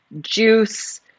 juice